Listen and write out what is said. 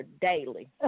daily